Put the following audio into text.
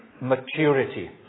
maturity